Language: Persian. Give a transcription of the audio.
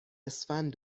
اسفند